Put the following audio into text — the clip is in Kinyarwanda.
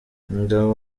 umugabo